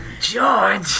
George